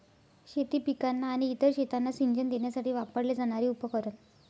शेती पिकांना आणि इतर शेतांना सिंचन देण्यासाठी वापरले जाणारे उपकरण